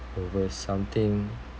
over something